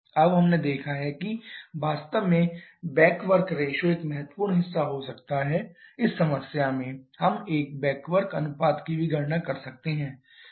अब हमने देखा है कि वास्तव में बैक वर्क रेशियो एक महत्वपूर्ण हिस्सा हो सकता है इस समस्या में हम एक बैक वर्क अनुपात की भी गणना कर सकते हैं